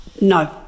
No